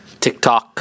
TikTok